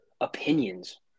opinions